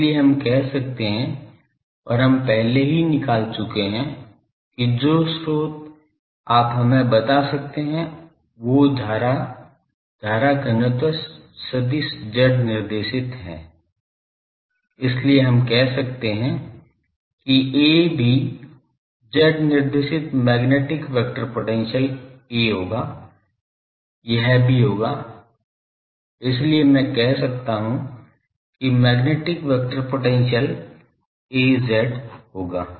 इसलिए हम कह सकते हैं और हम पहले ही निकाल चुके है कि जो स्रोत आप हमें बता सकते हैं वो धारा धारा घनत्व सदिश z निर्देशित है इसलिए हम कह सकते हैं कि A भी z निर्देशित मैग्नेटिक वेक्टर पोटेंशियल A होग यह भी होगा इसलिए मैं कह सकता हूं कि मैग्नेटिक वेक्टर पोटेंशियल Az होगा